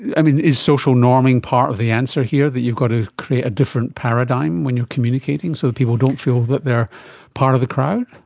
yeah is social norming part of the answer here, that you've got to create a different paradigm when you're communicating so that people don't feel that they are part of the crowd?